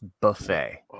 buffet